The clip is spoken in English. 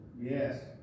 Yes